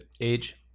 age